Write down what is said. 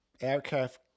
aircraft